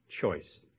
choice